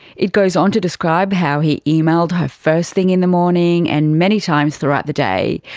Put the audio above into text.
it goes on to describe how he emailed her first thing in the morning, and many times throughout the day.